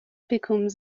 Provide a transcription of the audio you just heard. becomes